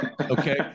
Okay